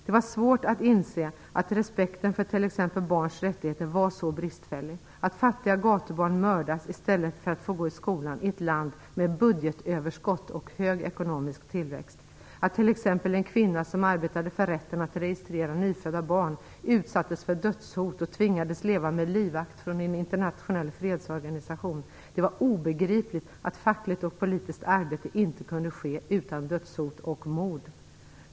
Det var svårt att inse att respekten för t.ex. barns rättigheter var så bristfällig, att fattiga gatubarn mördas i stället för att få gå i skolan, i ett land med budgetöverskott och hög ekonomisk tillväxt, och att t.ex. en kvinna som arbetade för rätten att registrera nyfödda barn utsattes för dödshot och tvingades leva med livvakt från en internationell fredsorganisation. Det var obegripligt att fackligt och politiskt arbete inte kunde ske utan dödshot och mord.